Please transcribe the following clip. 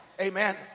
amen